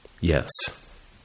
Yes